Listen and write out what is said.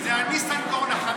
איתן, אלקין זה הניסנקורן החדש.